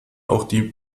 auch